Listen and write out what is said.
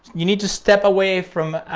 you need to step away from,